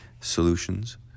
solutions